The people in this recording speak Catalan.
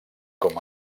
com